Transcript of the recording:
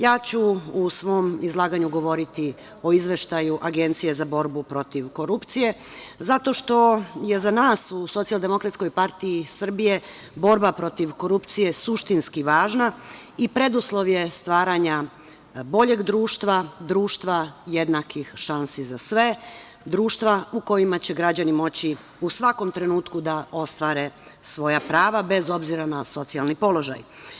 Ja ću u svom izlaganju govoriti o Izveštaju Agencije za borbu protiv korupcije, zato što je za nas u Socijaldemokratskoj partiji Srbije borba protiv korupcije su suštinski važna i preduslov je stvaranja boljeg društva, društva jednakih šansi za sve, društva u kojima će građani moći u svakom trenutku da ostvare svoja prava, bez obzira na socijalni položaj.